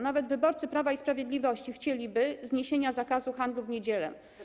Nawet wyborcy Prawa i Sprawiedliwości chcieliby zniesienia zakazu handlu w niedziele.